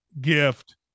gift